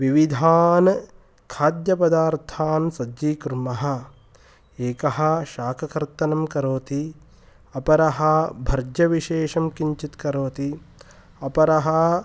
विविधान् खाद्यपदार्थान् सज्जीकुर्मः एकः शाककर्तनं करोति अपरः भर्जविषेशं किञ्चित् करोति अपरः